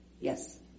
Yes